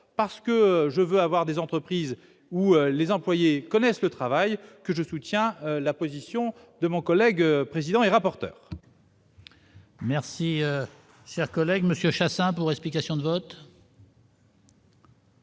parce que je veux avoir des entreprises où les employées connaissent le travail que je soutiens la position de mon collègue, président et rapporteur. Merci collègue Monsieur Chassaing pour explication de vote.